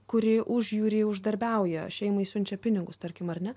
kuri užjūry uždarbiauja šeimai siunčia pinigus tarkim ar ne